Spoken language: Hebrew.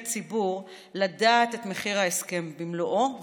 ציבור לדעת את מחיר ההסכם במלואו ומראש?